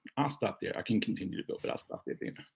i'll stop there. i can continue to go, but i'll stop there.